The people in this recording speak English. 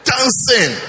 Dancing